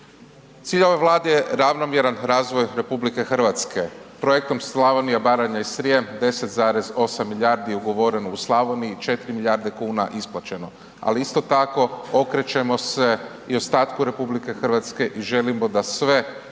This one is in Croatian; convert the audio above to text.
Cilj ove Vlade je ravnomjeran razvoj RH, Projektom Slavonija, Baranja i Srijem 10,8 milijardi je ugovoreno u Slavoniji 4 milijarde kuna isplaćeno, ali isto tako okrećemo se i ostatku RH i želimo da sve